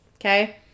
okay